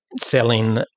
selling